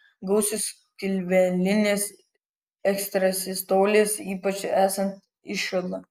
gausios skilvelinės ekstrasistolės ypač esant išl